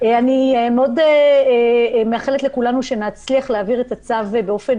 אני מאחלת לכולנו שנצליח להעביר את הצו באופן